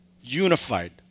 unified